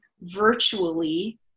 virtually